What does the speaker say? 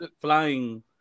flying